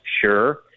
sure